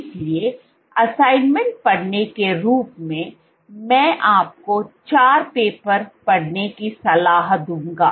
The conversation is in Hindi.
इसलिए असाइनमेंट पढ़ने के रूप में मैं आपको चार पेपर पढ़ने की सलाह दूंगा